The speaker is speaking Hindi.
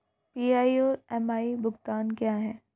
पी.आई और एम.आई भुगतान क्या हैं?